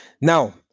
Now